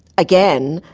again,